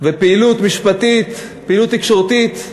ופעילות משפטית, פעילות תקשורתית,